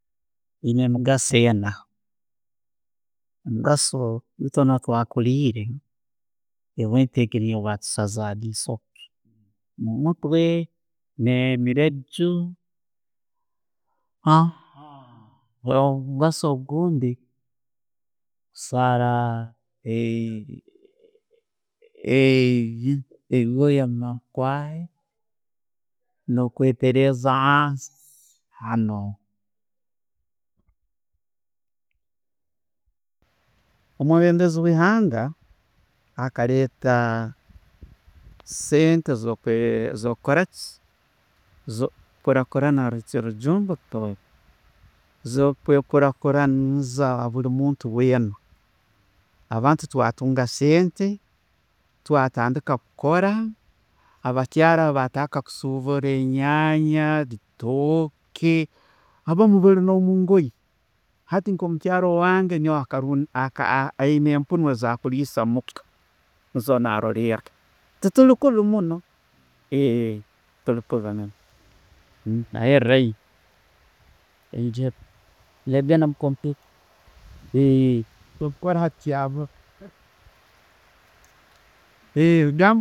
Biyiina emigaaso ena. Eitwe nambiire twakuliire, ewempe egyo niiyo gye batusaazaga eisooke. Omugaaso ogundi kusa kusaara ebyoowa ebyomunkwaha, no'kweteereeza hansi hanu. Omwebenbezi we'hanga akaleeta zeente zokukoora ki, zo kukurakurana orugyungu, orutooro. Ezo'kwekurakuranyiisa buli muntu weena. Abantu twatunga sente, twatandiika kukoora, abakyaara batandiika kusubbura enyanja, ebitooke, abaamu baali ne'mungoye, hati nko mukyara owange nyowe ayiime empuunu za'kulliza omuka, niizo zarollera. Tetuli kubi munno tutuli kubi muno.